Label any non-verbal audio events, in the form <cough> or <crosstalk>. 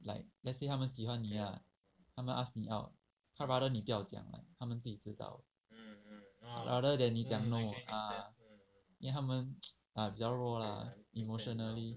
like let's say 他们喜欢你 lah 他们 out 你 out 他 rather 你不要讲 like 他们自己知道 rather than 你讲 ah 因为他们 <noise> 比较弱 lah emotionally